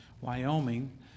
Wyoming